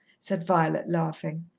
said violet, laughing.